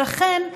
לכן,